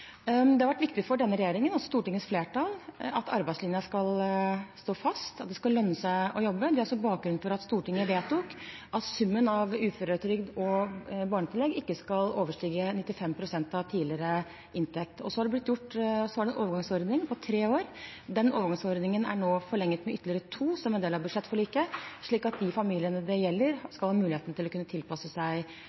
Det har vært viktig for denne regjeringen og Stortingets flertall at arbeidslinjen skal stå fast, at det skal lønne seg å jobbe. Det er bakgrunnen for at Stortinget vedtok at summen av uføretrygd og barnetillegg ikke skal overstige 95 pst. av tidligere inntekt. Så er det en overgangsordning på tre år. Den overgangsordningen er nå forlenget med ytterligere to år som en del av budsjettforliket, slik at de familiene det gjelder, skal ha muligheten til å tilpasse seg